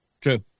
True